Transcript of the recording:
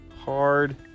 hard